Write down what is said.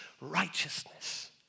righteousness